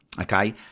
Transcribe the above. okay